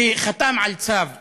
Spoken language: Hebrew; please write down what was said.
שחתם על צו בדאליה,